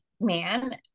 man